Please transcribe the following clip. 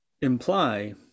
imply